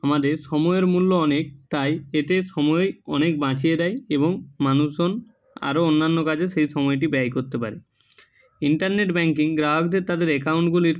আমাদের সময়ের মূল্য অনেক তাই এতে সময় অনেক বাঁচিয়ে দেয় এবং মানুষজন আরো অন্যান্য কাজে সেই সময়টি ব্যয় করতে পারে ইন্টারনেট ব্যাংকিং গ্রাহকদের তাদের অ্যাকাউন্টগুলির